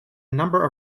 number